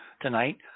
tonight